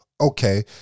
okay